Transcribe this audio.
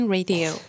Radio